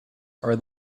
are